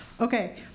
okay